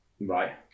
Right